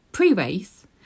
Pre-race